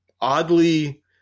oddly